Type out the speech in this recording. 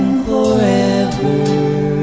forever